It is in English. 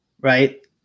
right